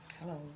Hello